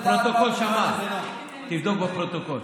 רוצים לדעת מה, הפרוטוקול שמע, תבדוק בפרוטוקול.